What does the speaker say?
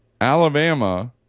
Alabama